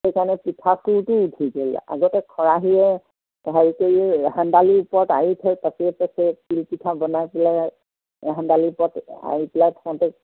সেইকাৰণে পিঠাটো উঠি গ'ল আগতে খৰাহিয়ে হেৰি কৰি হেন্দালিৰ ওপৰত আঁৰি থয় পাছিয়ে পাছিয়ে তিলপিঠা বনাই পেলাই হেন্দালিৰ ওপৰত আঁৰি পেলাই থওঁতে